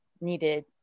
needed